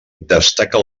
destaca